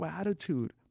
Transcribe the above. attitude